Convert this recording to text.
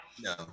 No